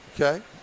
Okay